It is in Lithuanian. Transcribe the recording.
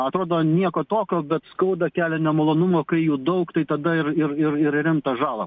atrodo nieko tokio bet skauda kelia nemalonumų kai jų daug tai tada ir ir ir ir rimtą žalą